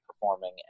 performing